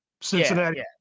Cincinnati